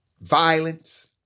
violence